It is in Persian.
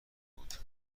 بود